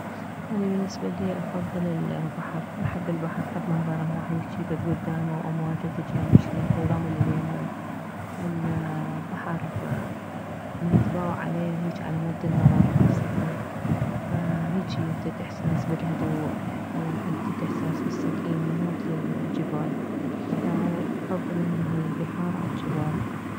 اني بالنسبة الي افضل البحر احب البحر احب منظره واحد هيجي اكعد كدامه وامواجه تجي يم رجلك والرمل اليمه البحر من تباوع عليه هيجي على مد النظر خاصة فهيجي ينطيك احساس بالهدوء ينطيك احساس بالسكينة مو مثل الجبال فاني افضل انه البحار عالجبال